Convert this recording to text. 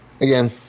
again